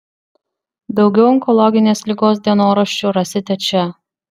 daugiau onkologinės ligos dienoraščių rasite čia